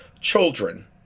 children